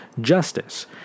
Justice